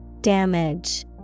Damage